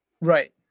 Right